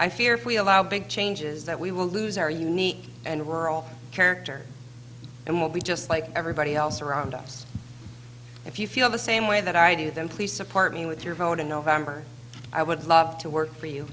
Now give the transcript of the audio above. i fear for we allow big changes that we will lose our unique and rural character and we'll be just like everybody else around us if you feel the same way that i do then please support me with your vote in november i would love to work for you